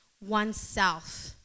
oneself